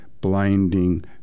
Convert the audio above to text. blinding